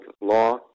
law